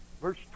Verse